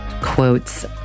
quotes